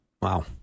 Wow